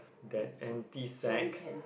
that empty sack